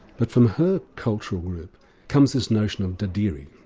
but from her cultural group comes this notion of dadirri,